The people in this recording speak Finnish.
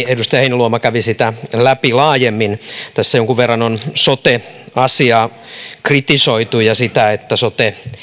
edustaja heinäluoma kävi sitä läpi laajemmin tässä jonkun verran on sote asiaa kritisoitu ja sitä että sote